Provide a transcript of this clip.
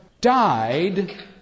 died